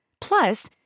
Plus